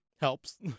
Helps